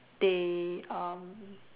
they um